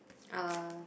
uh